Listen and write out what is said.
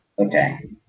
Okay